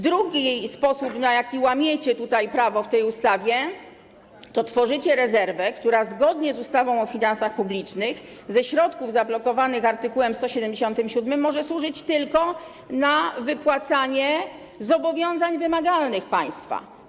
Drugi sposób, w jaki łamiecie prawo w tej ustawie, to tworzycie rezerwę, która zgodnie z ustawą o finansach publicznych ze środków zablokowanych art. 177 może służyć tylko do wypłacania zobowiązań wymagalnych państwa.